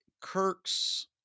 Kirk's